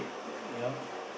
you know